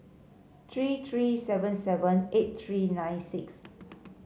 three three seven seven eight three nine six